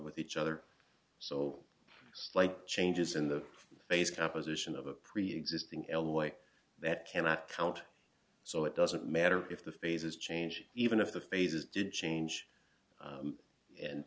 with each other so slight changes in the base composition of a preexisting l way that cannot count so it doesn't matter if the phases change even if the phases did change